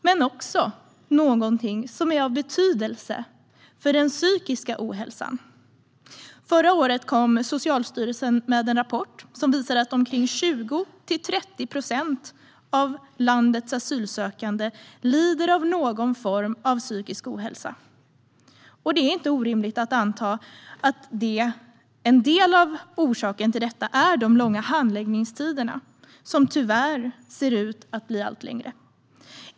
Det är också någonting som är av betydelse för den psykiska ohälsan. Förra året kom Socialstyrelsen med en rapport som visade att 20-30 procent av landets asylsökande lider av någon form av psykisk ohälsa. Det är inte orimligt att anta att en del av orsaken till detta är de långa handläggningstiderna som tyvärr ser ut att bli allt längre.